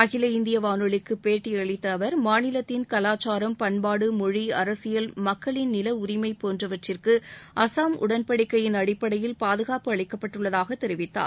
அகில இந்திய வானொலிக்கு பேட்டியளித்த அவர் மாநிலத்தின் கலாச்சாரம் பண்பாடு மொழி அரசியல் மக்களின் நில உரிமை போன்றவற்றிற்கு அசாம் உடன்படிக்கையின் அடிப்படையில் பாதுகாப்பு அளிக்கப்பட்டுள்ளதாக தெரிவித்தார்